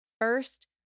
first